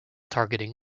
targeting